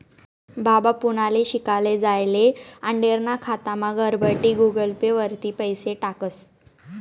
बाबा पुनाले शिकाले जायेल आंडेरना खातामा घरबठीन गुगल पे वरतीन पैसा टाकस